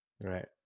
Right